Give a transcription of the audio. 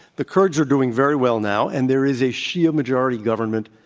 the kurds are doing very well now, and there is a shia majority government,